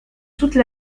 toute